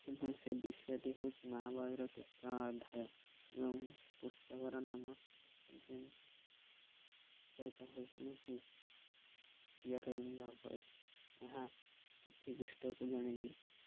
ଏବଂ ସେ ବିଷୟଟି ହେଉଛି ମା ବହିର ତୃତୀୟ ଅଧ୍ୟାୟ ଏବଂ ପୁସ୍ତକର ଶ୍ରୀଅରବୀନ୍ଦ ଘୋଷ ଏହା ପୃଥିବୀ ପୃଷ୍ଠକୁ ଜଣାଇ ଯାଇଥିଲେ